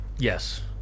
Yes